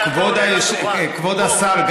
כבוד השר,